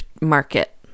market